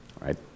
right